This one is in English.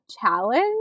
challenge